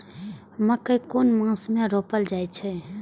मकेय कुन मास में रोपल जाय छै?